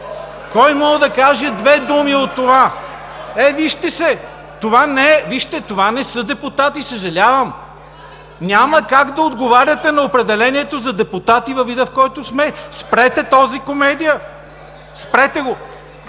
Кой може да каже две думи от това? Е, вижте се! Това не са депутати! Съжалявам! Няма как да отговаряте на определението за депутати във вида, в който сме. Спрете тази комедия! Спрете я!